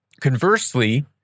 Conversely